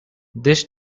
this